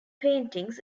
paintings